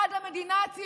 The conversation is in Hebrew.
הם לא בעד המדינה הציונית,